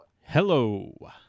Hello